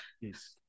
Yes